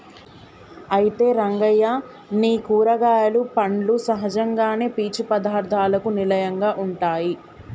అయితే రంగయ్య నీ కూరగాయలు పండ్లు సహజంగానే పీచు పదార్థాలకు నిలయంగా ఉంటాయి